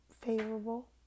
favorable